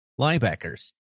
linebackers